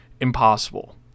impossible